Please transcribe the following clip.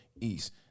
East